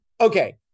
okay